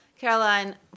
Caroline